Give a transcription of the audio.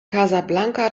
casablanca